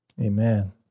Amen